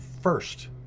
first